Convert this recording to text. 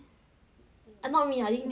ah not me I think 你是 I right